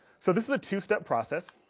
so this is a two-step process